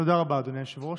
תודה רבה, אדוני היושב-ראש.